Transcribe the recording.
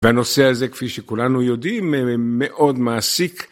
והנושא הזה, כפי שכולנו יודעים, מאוד מעסיק.